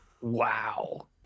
Wow